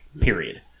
Period